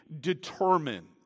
determined